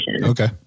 okay